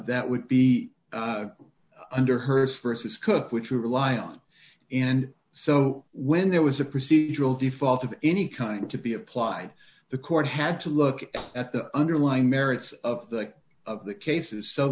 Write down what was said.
that would be under hers st as cook which we rely on and so when there was a procedural default of any kind to be applied the court had to look at the underlying merits of the cases so